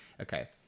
Okay